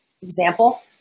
example